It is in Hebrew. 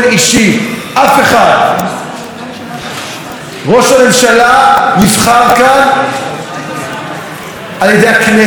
ראש הממשלה נבחר כאן על ידי הכנסת והכנסת